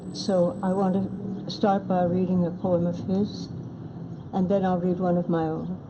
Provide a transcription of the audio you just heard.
so i want ah start by reading a poem of his and then i'll read one of my own.